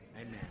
Amen